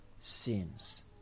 sins